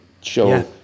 show